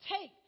take